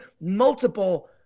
multiple